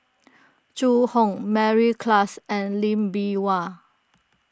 Zhu Hong Mary Klass and Lee Bee Wah